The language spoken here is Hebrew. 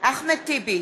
אחמד טיבי,